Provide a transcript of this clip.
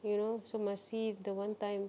you know so must see the one time